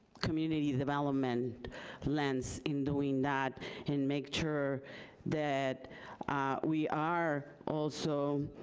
community development lands in doing that and make sure that we are also